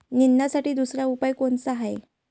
निंदनासाठी दुसरा उपाव कोनचा हाये?